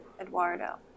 eduardo